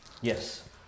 Yes